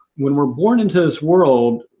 when we're born into this world,